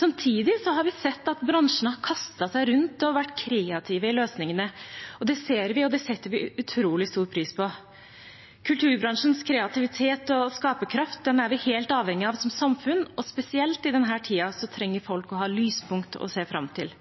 Samtidig har vi sett at bransjen har kastet seg rundt og vært kreativ i løsningene, og det setter vi utrolig stor pris på. Kulturbransjens kreativitet og skaperkraft er vi helt avhengig av som samfunn, og spesielt i denne tiden trenger folk å ha lyspunkt å se fram til.